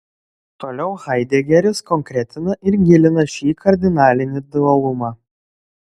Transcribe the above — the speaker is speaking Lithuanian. toliau haidegeris konkretina ir gilina šį kardinalinį dualumą